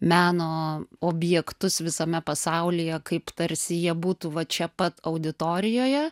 meno objektus visame pasaulyje kaip tarsi jie būtų va čia pat auditorijoje